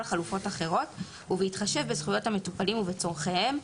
חלופות אחרות ובהתחשב בזכויות המטופלים ובצורכיהם,